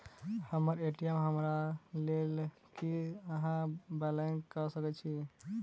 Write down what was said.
हम्मर ए.टी.एम हरा गेल की अहाँ ब्लॉक कऽ सकैत छी?